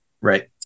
Right